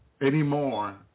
Anymore